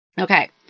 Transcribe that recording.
Okay